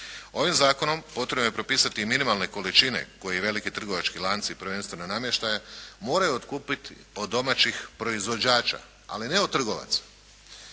Ovim zakonom potrebno je propisati i minimalne količine koje i veliki trgovački lanci prvenstveno namještaja moraju otkupiti od domaćih proizvođača ali ne od trgovaca.